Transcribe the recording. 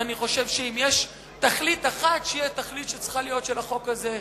ואני חושב שאם יש תכלית אחת שהיא התכלית שצריכה להיות לחוק הזה,